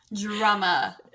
drama